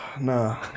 Nah